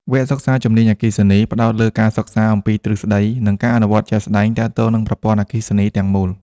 វគ្គសិក្សាជំនាញអគ្គិសនីផ្តោតលើការសិក្សាអំពីទ្រឹស្តី និងការអនុវត្តជាក់ស្តែងទាក់ទងនឹងប្រព័ន្ធអគ្គិសនីទាំងមូល។